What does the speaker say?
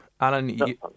Alan